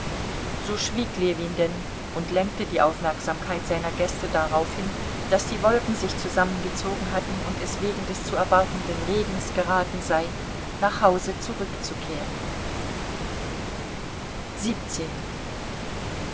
so schwieg ljewin denn und lenkte die aufmerksamkeit seiner gäste darauf hin daß die wolken sich zusammengezogen hatten und es wegen des zu erwartenden regens geraten sei nach hause zurückzukehren